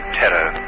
terror